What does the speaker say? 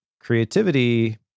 creativity